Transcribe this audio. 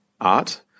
art